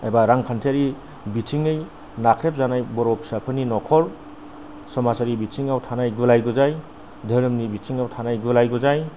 एबा रांखान्थियारि बिथिङै नाख्रेबजानाय बर' फिसाफोरनि न'खर समाजआरि बिथिङाव थानाय गुलाय गुजाय धोरोमनि बिथिङाव थानाय गुलाय गुजाय